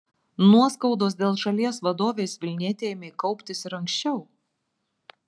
nuoskaudos dėl šalies vadovės vilnietei ėmė kauptis ir anksčiau